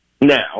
Now